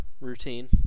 routine